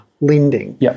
lending